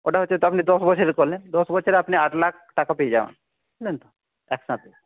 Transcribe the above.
ওটা হচ্ছে আপনি দশ বছরের করলেন দশ বছরে আপনি আট লাখ টাকা পেয়ে যাবেন বুঝলেন তো একসাথে